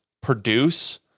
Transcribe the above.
produce